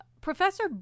Professor